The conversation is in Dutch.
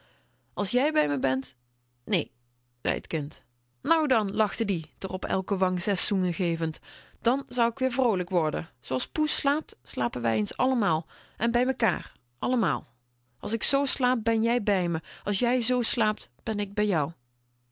als jij bij me ben néé zei t kind nou dan lachte hij r op iedere wang zes zoenen gevend dan zou k weer vroolijk worden zooals poes slaapt slapen we eens allemaal en bij mekaar allemaal als ik zoo slaap ben jij bij me en als jij zoo slaapt ben ik bij jou